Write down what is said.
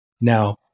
Now